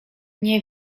nie